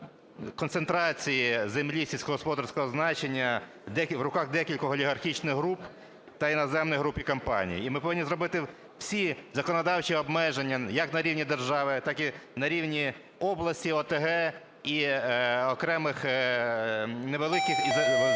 концентрації земель сільськогосподарського значення в руках декількох олігархічних груп та іноземних груп і компаній. І ми повинні зробити всі законодавчі обмеження як на рівні держави, так і на рівні області, ОТГ і окремих невеликих, захисту